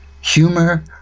humor